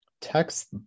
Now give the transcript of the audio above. text